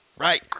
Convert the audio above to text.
Right